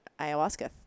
ayahuasca